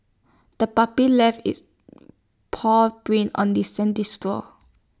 the puppy left its paw prints on the sandy store